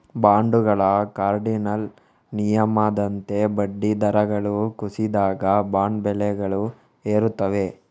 ಬಾಂಡುಗಳ ಕಾರ್ಡಿನಲ್ ನಿಯಮದಂತೆ ಬಡ್ಡಿ ದರಗಳು ಕುಸಿದಾಗ, ಬಾಂಡ್ ಬೆಲೆಗಳು ಏರುತ್ತವೆ